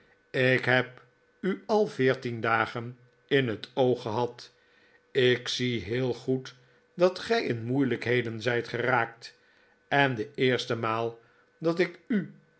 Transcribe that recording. ik heb u al veertien dagen in het oog gehad ik zie heel goed dat gij in moeilijkheden zijt geraakt en de eerste maal dat ik u